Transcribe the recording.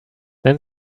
then